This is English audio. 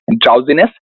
drowsiness